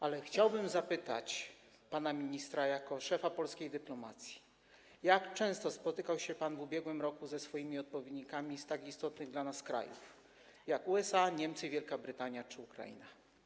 Ale chciałbym zapytać pana ministra jako szefa polskiej dyplomacji, jak często spotykał się pan w ubiegłym roku ze swoimi odpowiednikami z tak istotnych dla nas krajów, jak: USA, Niemcy, Wielka Brytania czy Ukraina.